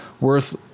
worth